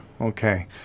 okay